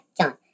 John